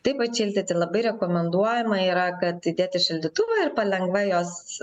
taip atšildyti labai rekomenduojama yra kad įdėti į šaldytuvą ir palengva jos